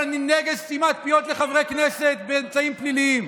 אבל אני נגד סתימת פיות לחברי כנסת באמצעים פנימיים.